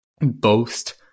boast